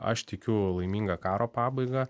aš tikiu laiminga karo pabaiga